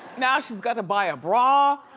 now she's got to buy a bra.